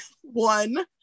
one